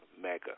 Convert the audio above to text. mega